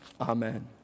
Amen